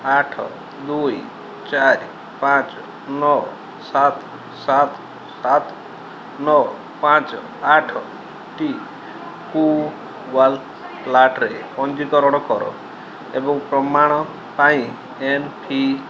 ଆଠ ଦୁଇ ଚାରି ପାଞ୍ଚ ନଅ ସାତ ସାତ ସାତ ନଅ ପାଞ୍ଚ ଆଠଟି କୁ ପଞ୍ଜୀକରଣ କର ଏବଂ ପ୍ରମାଣ ପାଇଁ ଏମ୍ ପି